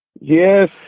Yes